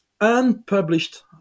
unpublished